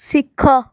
ଶିଖ